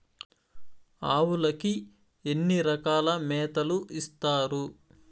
ఆవులకి ఎన్ని రకాల మేతలు ఇస్తారు?